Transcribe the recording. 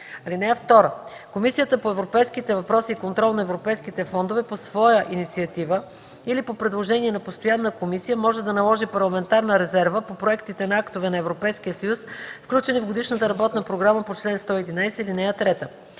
(2) Комисията по европейските въпроси и контрол на европейските фондове по своя инициатива или по предложение на постоянна комисия може да наложи парламентарна резерва по проектите на актове на Европейския съюз, включени в годишната работна програма по чл. 111, ал. 3.